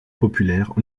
populaire